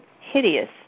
hideous